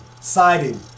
siding